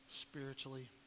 spiritually